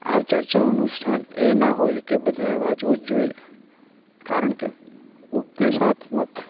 આ ચર્ચાઓનું સ્થાન એ ના હોય કે બધાઓએ વાંચવું જોઈએ કારણ કે ઉપદેશાત્મક